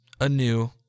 anew